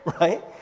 right